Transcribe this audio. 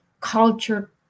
culture